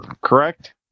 correct